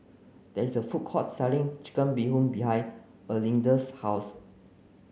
there is a food court selling chicken Bee Hoon behind Erlinda's house